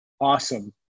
awesome